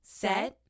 set